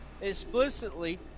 explicitly